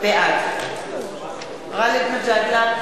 בעד גאלב מג'אדלה,